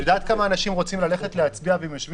את יודעת כמה אנשים רוצים להצביע ויושבים